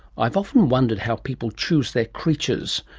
i've often wondered how people choose their creatures,